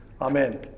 Amen